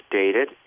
dated